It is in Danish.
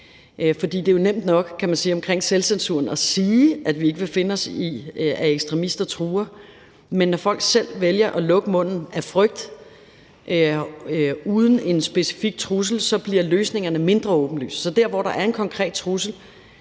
at sige i forhold til selvcensuren, at vi ikke vil finde os i, at ekstremister truer, men når folk vælger at lukke munden af frygt, uden at der er en specifik trussel, bliver løsningerne mindre åbenlyse. Så der, hvor der er en konkret trussel,